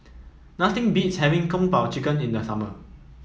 nothing beats having Kung Po Chicken in the summer